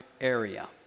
area